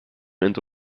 into